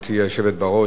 גברתי היושבת-ראש,